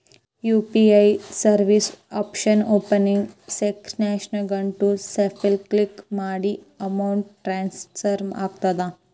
UPI service ಆಪ್ನ್ಯಾಓಪನಿಂಗ್ ಸ್ಕ್ರೇನ್ನ್ಯಾಗ to self click ಮಾಡಿದ್ರ ಅಮೌಂಟ್ ಟ್ರಾನ್ಸ್ಫರ್ ಆಗತ್ತ